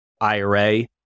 IRA